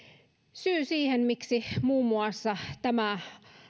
syy siihen miksi muun muassa tämä